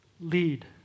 lead